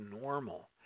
normal